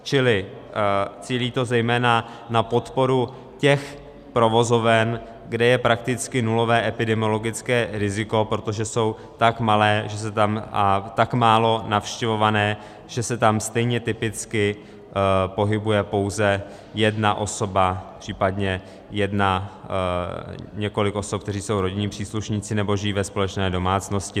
Čili cílí to zejména na podporu těch provozoven, kde je prakticky nulové epidemiologické riziko, protože jsou tak malé a tak málo navštěvované, že se tam stejně typicky pohybuje pouze jedna osoba, případně několik osob, které jsou rodinní příslušníci nebo žijí ve společné domácnosti.